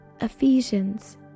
Ephesians